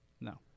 No